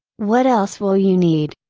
what else will you need?